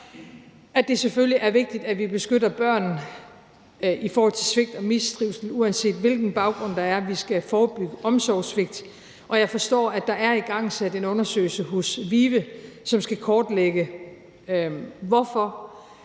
er vigtigt, at vi beskytter børn i forhold til svigt og mistrivsel, uanset hvilken baggrund der er. Vi skal forebygge omsorgssvigt, og jeg forstår, at der er igangsat en undersøgelse hos VIVE, som skal kortlægge, hvorfor